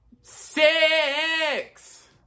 SIX